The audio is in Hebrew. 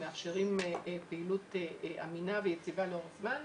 מאפשרים פעילות אמינה ויציבה לאורך זמן,